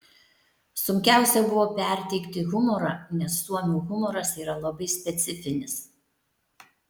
sunkiausia buvo perteikti humorą nes suomių humoras yra labai specifinis